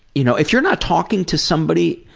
you know if you're not talking to somebody,